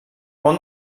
pont